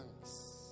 thanks